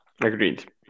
Agreed